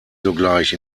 sogleich